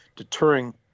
deterring